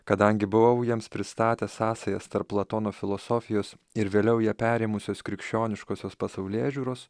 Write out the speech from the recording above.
kadangi buvau jiems pristatęs sąsajas tarp platono filosofijos ir vėliau ją perėmusios krikščioniškosios pasaulėžiūros